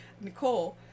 Nicole